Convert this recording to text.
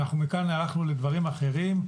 אנחנו מכאן הלכנו לדברים אחרים,